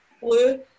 blue